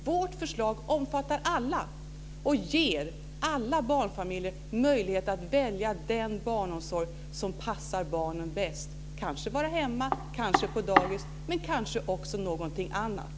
Vårt förslag omfattar alla och ger alla barnfamiljer möjlighet att välja den barnomsorg som passar barnen bäst - kanske vara hemma, kanske vara på dagis eller kanske någonting annat.